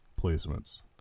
placements